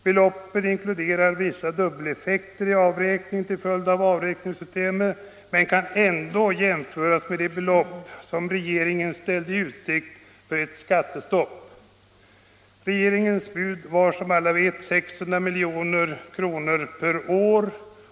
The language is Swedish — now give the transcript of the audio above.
Beloppen inkluderar vissa dubbeleffekter i avräkningen till följd av avräkningssystemet, men kan ändå jämföras med det belopp som regeringen ställde i utsikt för ett skattestopp. Regeringens bud var som alla vet 600 milj.kr. per år.